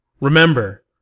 remember